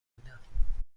بودم